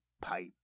pipe